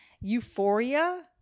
euphoria